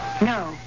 No